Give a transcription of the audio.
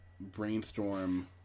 Brainstorm